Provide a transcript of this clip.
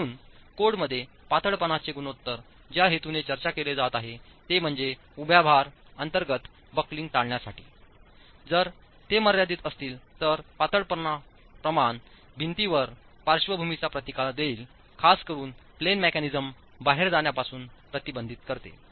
म्हणून कोडमध्ये पातळपणाचे गुणोत्तर ज्या हेतूने चर्चा केले जात आहे ते म्हणजे उभ्या भार अंतर्गत बकलिंग टाळण्यासाठी जर ते मर्यादित असतील तर पातळपणा प्रमाण भिंतीवर पार्श्वभूमीचा प्रतिकार देईल खासकरुन plane mechanism बाहेर जाण्यापासून प्रतिबंधित करते